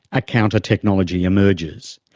a counter-technology emerges.